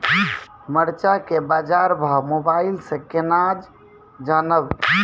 मरचा के बाजार भाव मोबाइल से कैनाज जान ब?